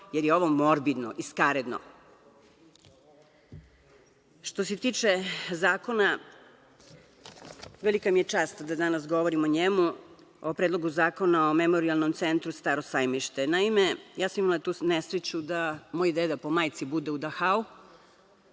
jer je ovo morbidno i skaradno. Što se tiče zakona, velika mi je čast da danas govorim o njemu, o Predlogu zakona o Memorijalnom centru „Staro sajmište“.Naime, ja sam imala tu nesreću da moj deda po majci bude u Dahau,